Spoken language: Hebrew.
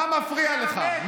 מה מפריע לך?